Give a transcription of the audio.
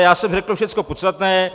Já jsem řekl všecko podstatné.